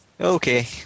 Okay